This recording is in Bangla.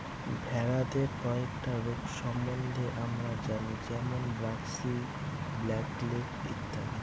ভেড়াদের কয়েকটা রোগ সম্বন্ধে আমরা জানি যেমন ব্র্যাক্সি, ব্ল্যাক লেগ ইত্যাদি